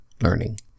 learning